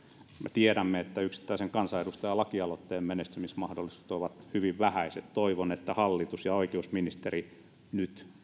tiedämme että yksittäisen kansanedustajan lakialoitteen menestymismahdollisuudet ovat hyvin vähäiset että hallitus ja oikeusministeri nyt